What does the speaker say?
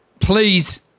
Please